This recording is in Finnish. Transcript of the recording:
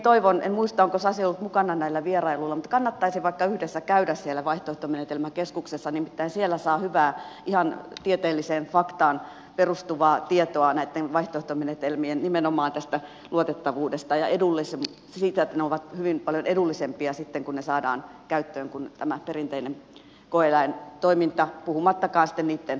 en muista onko sasi ollut mukana näillä vierailuilla mutta kannattaisi vaikka yhdessä käydä siellä vaihtoehtomenetelmäkeskuksessa nimittäin siellä saa hyvää ihan tieteelliseen faktaan perustuvaa tietoa nimenomaan näitten vaihtoehtomenetelmien luotettavuudesta ja siitä että ne ovat hyvin paljon edullisempia sitten kun ne saadaan käyttöön kuin tämä perinteinen koe eläintoiminta puhumattakaan sitten niitten eettisyydestä